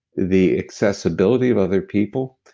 the accessibility of other people,